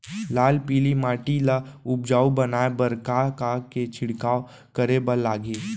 लाल पीली माटी ला उपजाऊ बनाए बर का का के छिड़काव करे बर लागही?